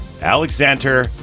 Alexander